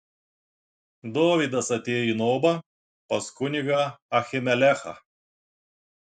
dovydas atėjo į nobą pas kunigą ahimelechą